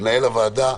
ממנהל הוועדה,